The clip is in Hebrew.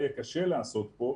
יהיה קשה לעשות פה.